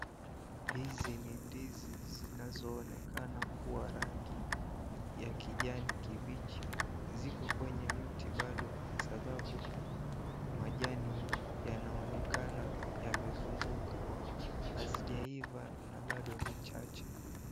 Hizi ni ndizi zinazoonekana kuwa rangi ya kijani kibichi, ziko kwenye mti bado kwa sababu majani yanaonekana yamezunguka. Hazijaiva na bado ni chache.